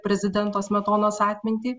prezidento smetonos atmintį